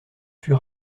fut